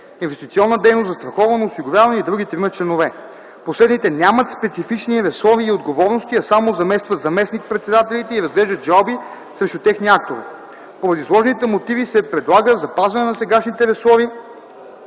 инвестиционна дейност, застраховане, осигуряване, и други трима членове. Последните нямат специфични ресори и отговорности, а само заместват заместник-председателите и разглеждат жалби срещу техни актове. Поради изложените мотиви се предлага запазване на сегашните ресори